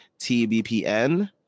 TBPN